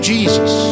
Jesus